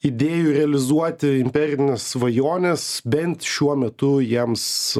idėjų realizuoti imperines svajones bent šiuo metu jiems